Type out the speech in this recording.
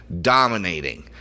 dominating